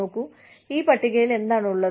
നോക്കൂ ഈ പട്ടികയിൽ എന്താണുള്ളത്